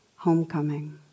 homecoming